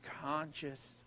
conscious